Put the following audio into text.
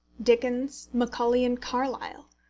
dickens, macaulay, and carlyle?